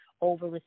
over